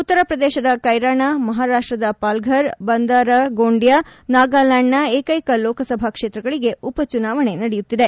ಉತ್ತರ ಪ್ರದೇಶದ ಕೈರಾಣ ಮಹಾರಾಷ್ಟ್ದದ ಪಲ್ಸರ್ ಬಂದಾರ ಗೋಂಡ್ಯಾ ನಾಗಾಲ್ಯಾಂಡ್ನ ಏಕೈಕ ಲೋಕಸಭೆ ಕ್ಷೇತ್ರಗಳಿಗೆ ಉಪಚುನಾವಣೆ ನಡೆಯುತ್ತಿದೆ